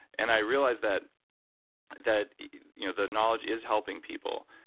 and i realize that that you know the knowledge is helping people.